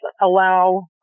allow